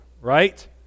right